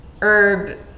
herb